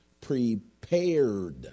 prepared